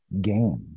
game